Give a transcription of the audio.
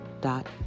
dot